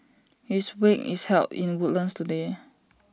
his wake is held in Woodlands today